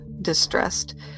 distressed